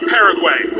Paraguay